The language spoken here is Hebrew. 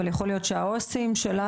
אבל יכול להיות שהעו"סים שלנו,